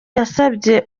yasabye